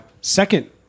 second